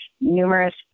numerous